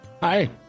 Hi